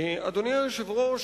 אדוני היושב-ראש,